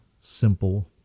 simple